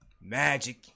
Magic